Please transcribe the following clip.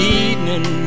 evening